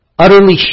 Utterly